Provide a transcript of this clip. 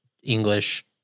english